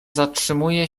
zatrzymuje